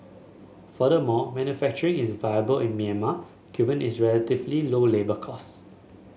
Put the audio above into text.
furthermore manufacturing is viable in Myanmar given its relatively low labour cost